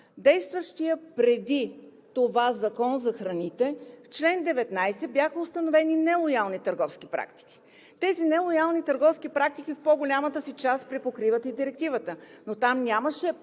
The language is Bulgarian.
действащия преди това Закон за храните бяха установени нелоялни търговски практики. Тези нелоялни търговски практики в по-голямата си част припокриват и Директивата, но там нямаше прагове